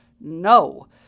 No